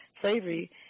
slavery